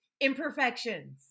imperfections